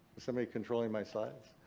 somebody controlling my slides?